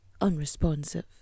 unresponsive